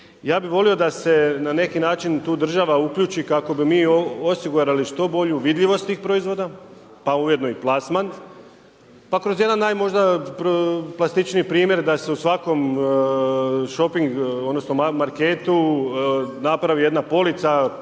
Ja bih volio da se na neki način tu država uključi kako bi mi osigurali što bolju vidljivost tih proizvoda pa ujedno i plasman pa kroz jedan najplastičniji primjer da se u svakom marketu napravi jedna polica,